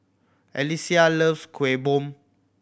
Alesia loves Kueh Bom